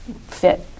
fit